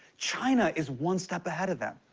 china is one step ahead of them.